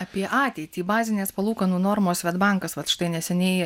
apie ateitį bazinės palūkanų normos svedbankas vat štai neseniai